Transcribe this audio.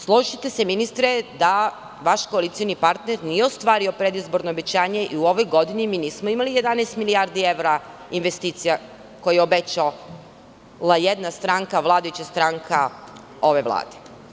Složićete se, ministre, da vaš koalicioni partner nije ostvario predizborno obećanje i u ovoj godini mi nismo imali 11 milijardi evra investicija koje je obećala jedna stranka, vladajuća stranka, ove vlade.